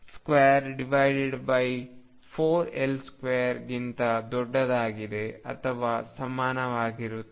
ಆದ್ದರಿಂದ p2 ಸ್ವತಃ 24L2 ಗಿಂತ ದೊಡ್ಡದಾಗಿದೆ ಅಥವಾ ಸಮನಾಗಿರುತ್ತದೆ